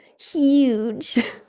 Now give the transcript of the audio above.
huge